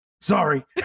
sorry